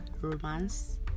romance